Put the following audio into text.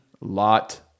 lot